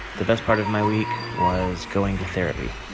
the best part of my week was going to therapy.